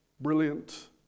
brilliant